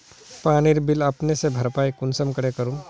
पानीर बिल अपने से भरपाई कुंसम करे करूम?